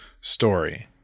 story